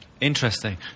interesting